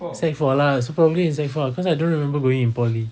sec four lah so probably in sec four cause I don't remember going in poly